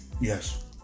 Yes